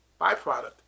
byproduct